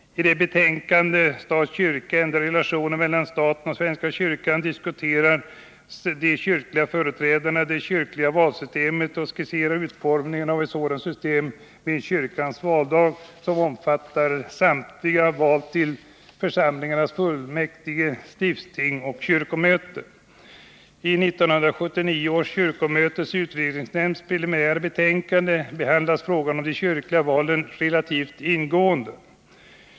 I betänkandet Stat-Kyrka, ändrade relationer mellan staten och svenska kyrkan, diskuterar de kyrkliga företrädarna det kyrkliga valsystemet och skisserar utformningen av ett sådant system med en ”kyrkans valdag”, som omfattar samtidiga val till församlingarnas fullmäktige, stiftsting och kyrkomöte. I 1979 års kyrkomötes utredningsnämnds preliminära betänkande behandlas frågan om de kyrkliga valen relativt ingående.